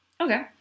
Okay